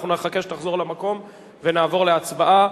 אנחנו נחכה שתחזור למקום ונעבור להצבעה.